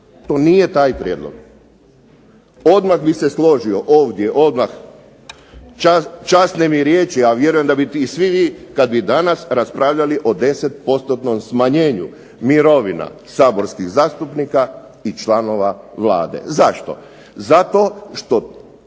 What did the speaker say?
To nije taj prijedlog. Odmah bi se složio ovdje, odmah časne mi riječi, a vjerujem da biste i svi vi kad bi danas raspravljali o deset postotnom smanjenju mirovina saborskih zastupnika i članova Vlade. Zašto? Zato što